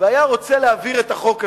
והיה רוצה להעביר את החוק הזה.